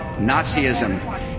Nazism